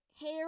hair